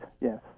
yes